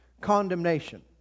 Condemnation